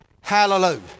Hallelujah